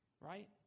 Right